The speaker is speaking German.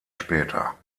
später